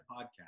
podcast